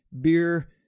beer